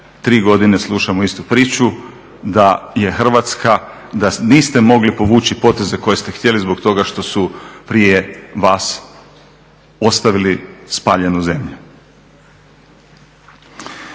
Tri godine slušamo istu priču, da je Hrvatska, da niste mogli povući poteze koje ste htjeli zbog toga što su prije vas ostavili spaljenu zemlju.